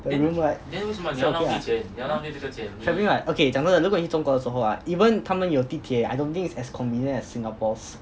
and because right 你 still 有家 what hmm travelling right okay 讲真的如果你去中国的时候啊 even 他们有地铁 I don't think it's as convenient as singapore's